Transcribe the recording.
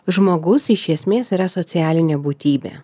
žmogus iš esmės yra socialinė būtybė